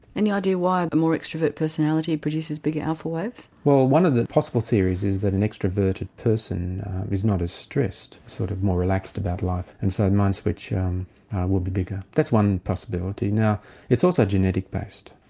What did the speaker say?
any idea why the more extrovert personality produces bigger alpha waves? well one of the possible theories is that an extroverted person is not as stressed sort of more relaxed about life and so the mind switch um will be bigger. that's one possibility. now it's also genetic based.